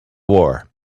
war